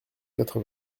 quatre